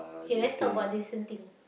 okay let's talk about the recent thing